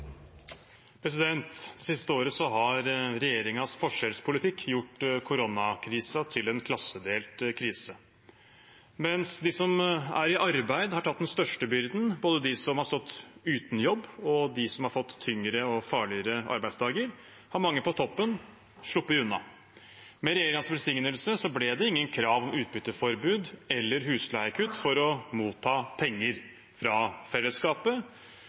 Det siste året har regjeringens forskjellspolitikk gjort koronakrisen til en klassedelt krise. Mens de som er i arbeid, har tatt den største byrden, både de som har stått uten jobb og de som har fått tyngre og farligere arbeidsdager, har mange på toppen sluppet unna. Med regjeringens velsignelse ble det ingen krav om utbytteforbud eller husleiekutt for å motta penger fra fellesskapet,